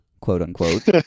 quote-unquote